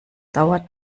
dauert